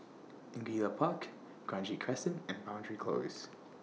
Angullia Park Kranji Crescent and Boundary Close